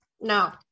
no